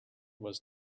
was